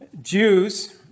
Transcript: Jews